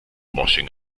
washing